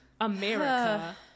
America